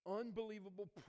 unbelievable